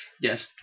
Yes